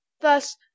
thus